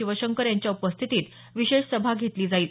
शिवाशंकर यांच्या उपस्थितीत विशेष सभा घेतली जाईल